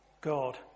God